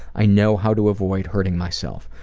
i know how to avoid hurting myself.